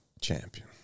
Champion